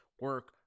Work